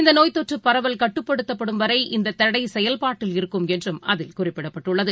இந்தநோய் தொற்றுபரவல் கட்டுப்படுத்தப்படும் வரை இந்ததடைசெயல்பாட்டில் இருக்கும் என்றும் அதில் குறிப்பிடப்பட்டுள்ளது